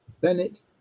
Bennett